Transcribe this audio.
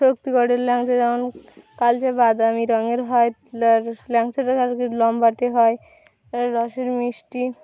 শক্তিগের ল্যাংচা যেমন কালচে বাদামি রঙের হয় ল্যাংচাটা সাধারনত লম্বাটে হয় রসের মিষ্টি